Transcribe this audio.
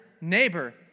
neighbor